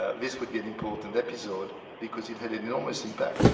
ah this would be an important episode, because it had enormous impact.